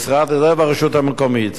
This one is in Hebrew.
משרד זה והרשות המקומית.